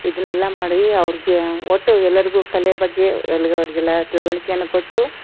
ಇದನೆಲ್ಲ ಮಾಡಿ ಅವ್ರಿಗೆ ಒಟ್ಟು ಎಲ್ಲರಿಗು ಕಲೆ ಬಗ್ಗೆ ಎಲ್ಲ ಅವ್ರಿಗೆಲ್ಲ ತಿಳುವಳಿಕೆಯನ್ನು ಕೊಟ್ಟು